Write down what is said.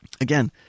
again